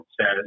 says